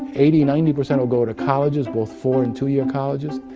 eighty, ninety percent will go to colleges, both four and two-year colleges,